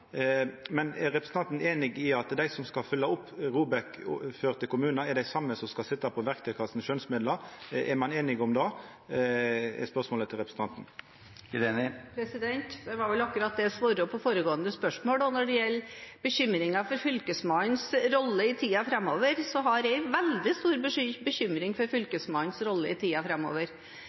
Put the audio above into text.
Men er representanten einig i at dei som skal følgja opp ROBEK-kommunar, er dei same som skal sitja på verktøykassa med skjønsmidlar? Er ein einig i det? Det er spørsmålet til representanten. Det var vel akkurat det jeg svarte på foregående spørsmål. Når det gjelder bekymringen for Fylkesmannens rolle i tiden framover, har jeg veldig stor bekymring for Fylkesmannens rolle i tiden framover.